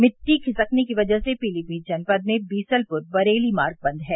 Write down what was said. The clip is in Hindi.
मिट्टी खिसकने की वजह से पीलीमीत जनपद में बीसलपुर बरेली मार्ग बंद है